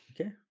Okay